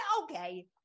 Okay